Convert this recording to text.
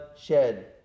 shed